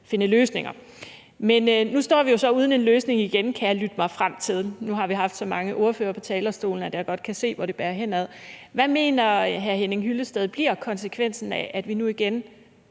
finde løsninger. Men nu står vi jo så uden en løsning igen, kan jeg lytte mig frem til – nu har vi haft så mange ordførere på talerstolen, at jeg godt kan se, hvor det bærer henad. Hvad mener hr. Henning Hyllested bliver konsekvensen af, at vi nu igen